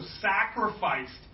sacrificed